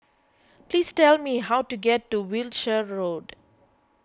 please tell me how to get to Wiltshire Road